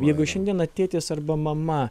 jeigu šiandieną tėtis arba mama